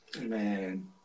Man